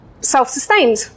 self-sustained